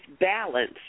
balance